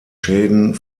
schäden